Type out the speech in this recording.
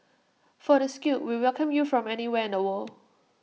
for the skilled we welcome you from anywhere in the world